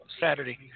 Saturday